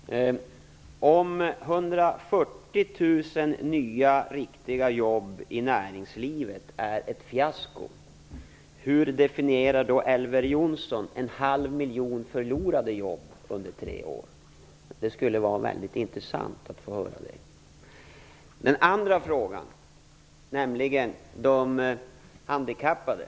Herr talman! Jag har två synpunkter som jag vill ta upp. Om 140 000 nya riktiga jobb i näringslivet är ett fiasko, hur definierar då Elver Jonsson en halv miljon förlorade jobb under tre år? Det skulle vara väldigt intressant att få höra det. Vidare gällde det de arbetshandikappade.